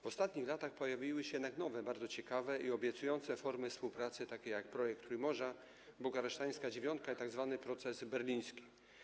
W ostatnich latach pojawiły się jednak nowe, bardzo ciekawe i obiecujące formy współpracy, takie jak projekt Trójmorza, bukareszteńska dziewiątka i tzw. proces berliński.